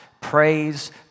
Praise